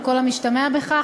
על כל המשתמע מכך.